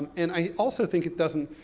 and i also think it doesn't,